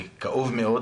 כאוב מאוד,